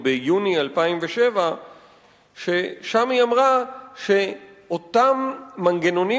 עוד ביוני 2007. היא אמרה שאותם מנגנונים